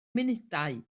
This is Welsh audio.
munudau